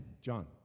John